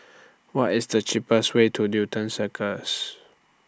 What IS The cheapest Way to Newton Circus